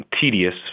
tedious